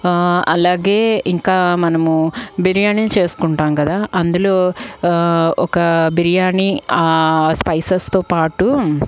అలాగే ఇంకా మనము బిర్యాని చేసుకుంటాం కదా అందులో ఒక బిర్యానీ స్పైసెస్తో పాటు